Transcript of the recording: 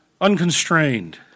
unconstrained